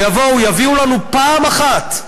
שיביאו לנו פעם אחת,